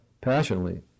passionately